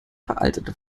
veraltete